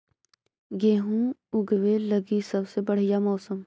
गेहूँ ऊगवे लगी सबसे बढ़िया मौसम?